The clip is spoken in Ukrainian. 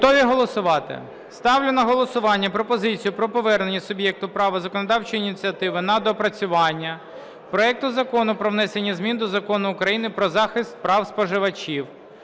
Готові голосувати? Ставлю на голосування пропозицію про повернення суб'єкту права законодавчої ініціативи на доопрацювання проекту Закону про внесення змін до Закону України "Про захист прав споживачів"